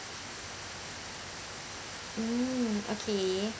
mm okay